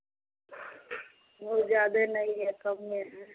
बहुत ज़्यादा नहीं है कम है